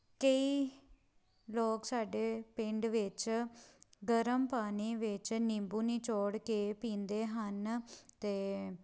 ਕਈ ਲੋਕ ਸਾਡੇ ਪਿੰਡ ਵਿੱਚ ਗਰਮ ਪਾਣੀ ਵਿੱਚ ਨਿੰਬੂ ਨਿਚੋੜ ਕੇ ਪੀਂਦੇ ਹਨ ਅਤੇ